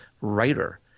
writer